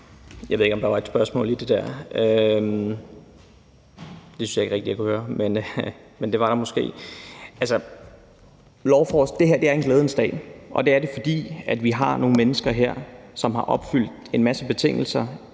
Jeg ved ikke, om der var et spørgsmål i det der. Det synes jeg ikke rigtig jeg kunne høre, men det var der måske. Altså, det her er en glædens dag, og det er det, fordi vi har nogle mennesker her, som har opfyldt en masse betingelser